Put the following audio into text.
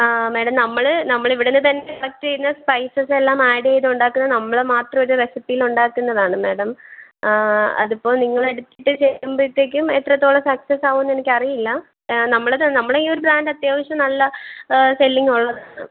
ആ മേഡം നമ്മൾ നമ്മൾ ഇവടെനിന്നുതന്നെ കളക്ട് ചെയ്യുന്ന സ്പൈസസെല്ലാം ആഡ് ചെയ്തുണ്ടാക്കുന്ന നമ്മൾ മാത്രം ഒരു റെസിപ്പിയിലുണ്ടാക്കുന്നതാണ് മേഡം അതിപ്പം നിങ്ങളെടുത്തിട്ട് ചെയ്യുമ്പോഴത്തേക്കും എത്രത്തോളം സക്സസ്സാവുമെന്ന് എനിക്കറിയില്ല നമ്മളത് നമ്മുടെ ഈ ഒരു ബ്രാൻ്റ് അത്യാവശ്യം നല്ല സെല്ലിങ്ങുള്ളതാണ്